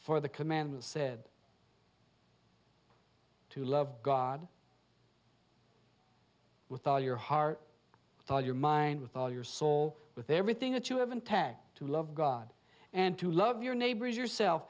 for the commandment said to love god with all your heart tell your mind with all your soul with everything that you have in ten to love god and to love your neighbor as yourself